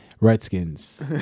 Redskins